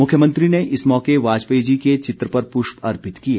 मुख्यमंत्री ने इस मौके वाजपेयी जी के चित्र पर पुष्प अर्पित किए